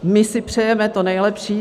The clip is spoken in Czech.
My si přejeme to nejlepší.